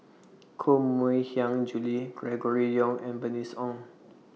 Koh Mui Hiang Julie Gregory Yong and Bernice Ong